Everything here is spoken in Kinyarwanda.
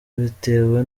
bitewe